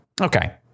Okay